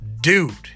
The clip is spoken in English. dude